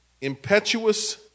impetuous